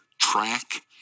track